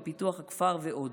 בפיתוח הכפר ועוד.